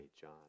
John